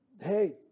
hey